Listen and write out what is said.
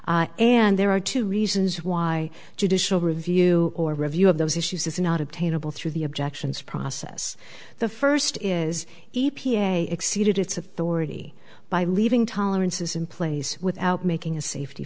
and there are two reasons why judicial review or review of those issues is not obtainable through the objections process the first is e p a exceeded its authority by leaving tolerances in place without making a safety